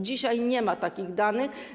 Dzisiaj nie ma takich danych.